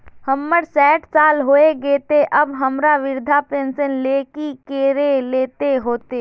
हमर सायट साल होय गले ते अब हमरा वृद्धा पेंशन ले की करे ले होते?